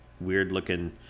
weird-looking